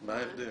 מה ההבדל?